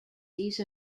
these